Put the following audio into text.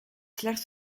slechts